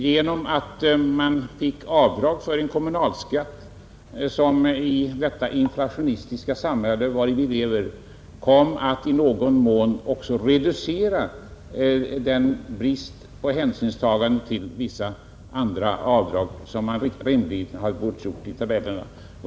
Det avdrag för kommunalskatt som man fick göra kom i det inflationistiska samhälle vari vi lever att i någon mån reducera den brist på hänsynstagande till vissa andra avdrag som man rimligen hade bort göra i tabellerna.